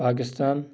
Pakistan